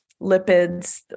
lipids